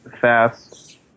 fast